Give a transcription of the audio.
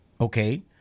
Okay